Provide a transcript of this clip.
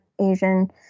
Asian